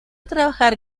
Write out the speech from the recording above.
trabajar